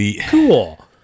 Cool